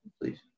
Please